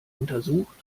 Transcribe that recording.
untersucht